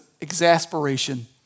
exasperation